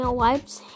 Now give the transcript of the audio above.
wipes